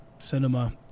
cinema